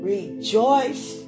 Rejoice